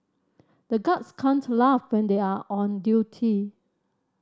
the guards can't laugh when they are on duty